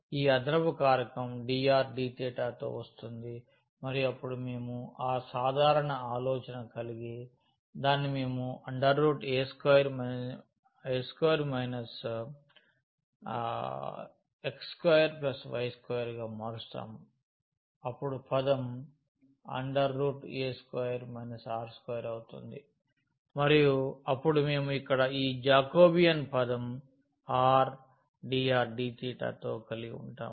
కాబట్టి ఈ అదనపు కారకం dr dθ తో వస్తుంది మరియు అప్పుడు మేము ఆ సాధారణ ఆలోచన కలిగి దానిని మేము a2 x2y2 గా మారుస్తాము అపుడు పదం a2 r2 అవుతుంది మరియు అప్పుడు మేము ఇక్కడ ఈ జాకోబియన్ పదం r dr dθ తోకలిగివుంటాం